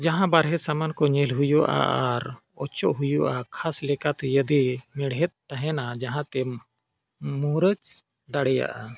ᱡᱟᱦᱟᱸ ᱵᱟᱦᱨᱮ ᱥᱟᱢᱟᱱ ᱧᱮᱞ ᱦᱩᱭᱩᱜᱼᱟ ᱟᱨ ᱚᱪᱚᱜ ᱦᱩᱭᱩᱜᱼᱟ ᱟᱨ ᱠᱷᱟᱥ ᱞᱮᱠᱟᱛᱮ ᱡᱩᱫᱤ ᱢᱮᱲᱦᱮᱫ ᱛᱟᱦᱮᱱᱟ ᱡᱟᱦᱟᱸ ᱛᱮᱢ ᱢᱩᱨᱪᱟᱹ ᱫᱟᱲᱮᱭᱟᱜᱼᱟ